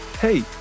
Hey